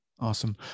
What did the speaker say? Awesome